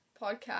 podcast